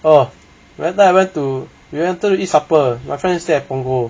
oh when I went to we went to eat supper my friends stay at punggol